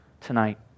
tonight